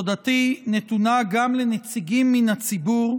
תודתי נתונה גם לנציגים מן הציבור,